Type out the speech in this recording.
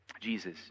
Jesus